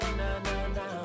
na-na-na